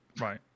Right